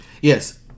Yes